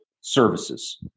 services